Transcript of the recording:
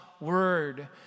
word